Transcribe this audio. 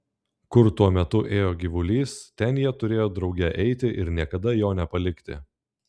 kur tuo metu ėjo gyvulys ten jie turėjo drauge eiti ir niekada jo nepalikti